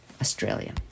Australia